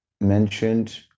mentioned